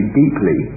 deeply